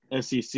SEC